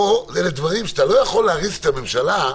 אלה דברים שאתה לא יכול להריץ את הממשלה.